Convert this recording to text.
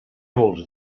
vols